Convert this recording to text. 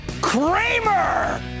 Kramer